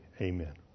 Amen